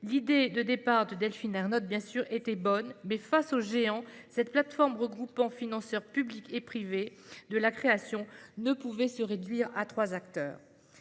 L'idée de départ de Delphine Ernotte était bonne, mais, face aux géants, cette plateforme regroupant des financeurs publics et privés de la création ne pouvait se réduire à trois acteurs.